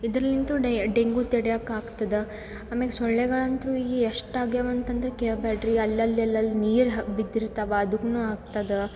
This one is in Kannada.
ಇದ್ರಲಿಂತ್ ಡೆಂಗೂ ತಡಿಯೋಕ್ ಆಗ್ತದೆ ಆಮೇಗೆ ಸೊಳ್ಳೆಗಳಂತು ಈ ಎಷ್ಟು ಆಗ್ಯಾವ ಅಂತಂದರೆ ಕೇಳ ಬ್ಯಾಡ ರೀ ಅಲ್ಲೆಲ್ಲ ಅಲ್ಲಿ ನೀರು ಹ ಬಿದ್ದಿರ್ತಾವೆ ಅದನ್ನು ಆಗ್ತದೆ